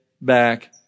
back